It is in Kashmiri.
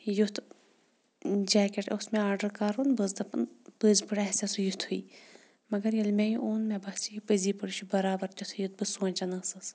یُتھ جیکٮ۪ٹ اوس مےٚ آڈَر کَرُن بہٕ ٲسٕس دَپان پٔزۍ پٲٹھۍ آسیٛاہ سُہ یُتھُے مگر ییٚلہِ مےٚ یہِ اوٚن مےٚ باسیٛاو یہِ پزٔی پٲٹھۍ یہِ چھِ بَرابَر تِتھُے یُتھ بہٕ سونٛچان ٲسٕس